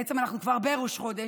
בעצם אנחנו כבר בראש חודש,